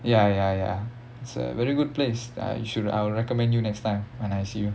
ya ya ya it's a very good place I should uh recommend you next time when I see you